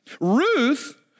Ruth